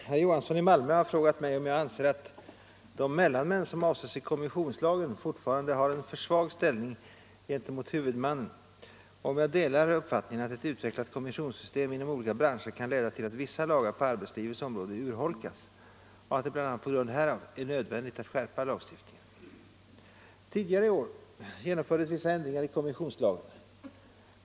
Herr Johansson i Malmö har frågat mig om jag anser att de mellanmän som avses i kommissionslagen fortfarande har en för svag ställning gent 93 emot huvudmannen och om jag delar uppfattningen att ett utvecklat kommissionssystem inom olika branscher kan leda till att vissa lagar på arbetslivets område urholkas och att det bl.a. på grund härav är nödvändigt att skärpa lagstiftningen. Tidigare i år genomfördes vissa ändringar i kommissionslagen.